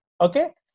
Okay